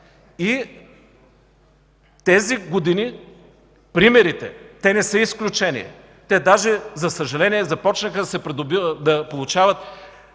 тези години примерите не са изключение. Те даже, за съжаление, започнаха да получават